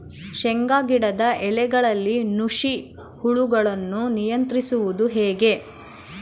ಶೇಂಗಾ ಗಿಡದ ಎಲೆಗಳಲ್ಲಿ ನುಷಿ ಹುಳುಗಳನ್ನು ನಿಯಂತ್ರಿಸುವುದು ಹೇಗೆ?